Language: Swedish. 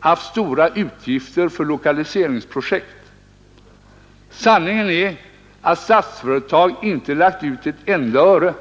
haft stora utgifter för lokaliseringsprojekt. Sanningen är att Statsföretag inte lagt ut ett enda öre.